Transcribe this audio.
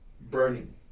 burning